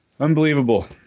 Unbelievable